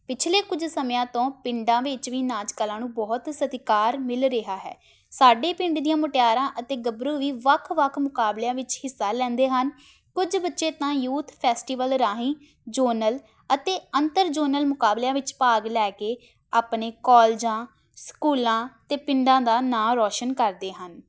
ਪਿਛਲੇ ਕੁਝ ਸਮਿਆਂ ਤੋਂ ਪਿੰਡਾਂ ਵਿੱਚ ਵੀ ਨਾਚ ਕਲਾ ਨੂੰ ਬਹੁਤ ਸਤਿਕਾਰ ਮਿਲ ਰਿਹਾ ਹੈ ਸਾਡੇ ਪਿੰਡ ਦੀਆਂ ਮੁਟਿਆਰਾਂ ਅਤੇ ਗੱਭਰੂ ਵੀ ਵੱਖ ਵੱਖ ਮੁਕਾਬਲਿਆਂ ਵਿੱਚ ਹਿੱਸਾ ਲੈਂਦੇ ਹਨ ਕੁਝ ਬੱਚੇ ਤਾਂ ਯੂਥ ਫੈਸਟੀਵਲ ਰਾਹੀਂ ਜੋਨਲ ਅਤੇ ਅੰਤਰ ਜੋਨਲ ਮੁਕਾਬਲਿਆਂ ਵਿੱਚ ਭਾਗ ਲੈ ਕੇ ਆਪਣੇ ਕਾਲਜਾਂ ਸਕੂਲਾਂ ਅਤੇ ਪਿੰਡਾਂ ਦਾ ਨਾਂ ਰੌਸ਼ਨ ਕਰਦੇ ਹਨ